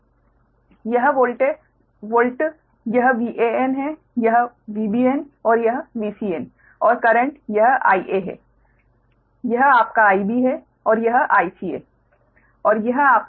तो यह वोल्ट यह VAn है यह VBn और यह VCn और करेंट यह IA है यह आपका IB है और यह IC है